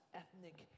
ethnic